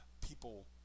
people